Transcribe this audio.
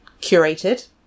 curated